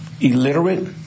illiterate